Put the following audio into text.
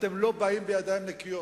אתם לא באים בידיים נקיות,